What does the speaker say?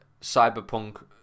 Cyberpunk